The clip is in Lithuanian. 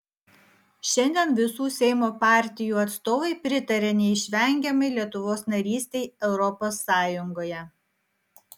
šiandien visų seimo partijų atstovai pritaria neišvengiamai lietuvos narystei europos sąjungoje